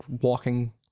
walking